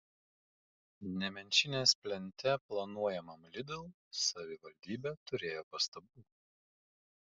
nemenčinės plente planuojamam lidl savivaldybė turėjo pastabų